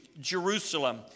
Jerusalem